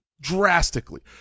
drastically